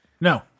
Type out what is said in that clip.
No